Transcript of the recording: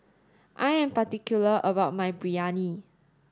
I am particular about my Biryani